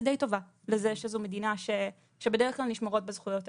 די טובה לזה שזו מדינה שבדרך כלל נשמרות בה זכויות העובדים.